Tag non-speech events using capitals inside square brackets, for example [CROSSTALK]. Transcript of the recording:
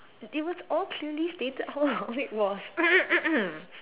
it was all clearly stated how long it was [COUGHS]